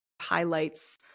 highlights